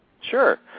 Sure